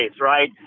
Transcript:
right